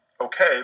okay